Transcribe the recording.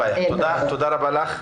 תודה רבה לך,